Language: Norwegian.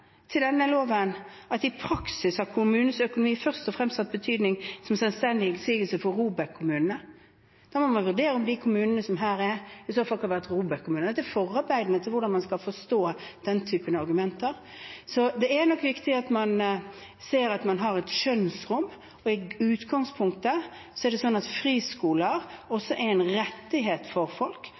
til denne loven at «i praksis har kommunens økonomi først og fremst hatt betydning som en selvstendig innsigelse for ROBEK-kommuner». Da må man vurdere om de kommunene det her er snakk om, i så fall kan ha vært ROBEK-kommuner. Dette er forarbeidene til hvordan man skal forstå den typen argumenter. Så det er nok viktig at man ser at man har et skjønnsrom, og i utgangspunktet er det slik at friskoler også er noe folk har en rettighet